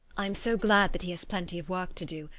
i am so glad that he has plenty of work to do,